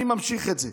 אני ממשיך את זה,